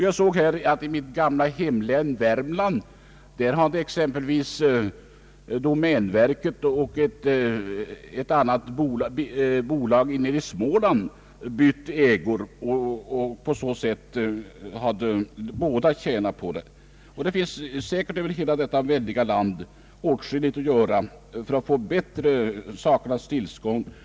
Jag såg att i mitt gamla hemlän Värmland hade exempelvis domänverket och ett bolag i Småland bytt ägor, vilket båda parter tjänat på. Det finns säkert över hela detta väldiga land åtskilligt att göra för att åstadkomma ett bättre sakernas tillstånd.